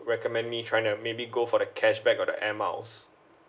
recommend me trying maybe go for the cashback or the airmiles